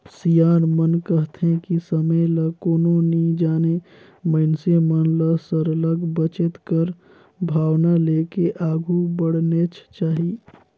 सियान मन कहथें कि समे ल कोनो नी जानें मइनसे मन ल सरलग बचेत कर भावना लेके आघु बढ़नेच चाही